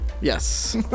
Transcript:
Yes